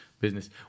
business